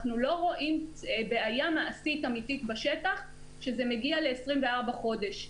אבל אנחנו לא רואים בעיה מעשית אמיתית בשטח לגבי 24 חודש.